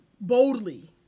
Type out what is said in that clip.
boldly